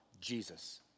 Jesus